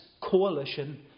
coalition